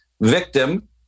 victim